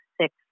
six